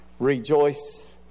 Rejoice